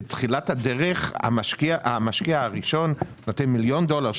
בתחילת הדרך המשקיע הראשון נותן 1 מיליון דולר,